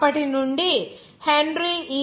అప్పటి నుండి హెన్రీ ఇ